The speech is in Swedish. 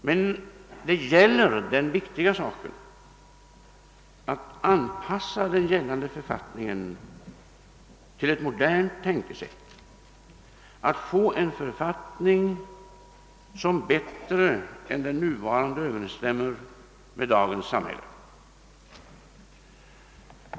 Men det gäller den viktiga frågan att anpassa den gällande författningen till ett modernt tänkesätt, att få en författning som bättre än den nuvarande överensstämmer med förhållandena i dagens samhälle.